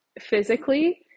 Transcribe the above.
physically